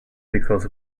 because